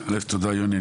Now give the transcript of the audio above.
תודה, יוני.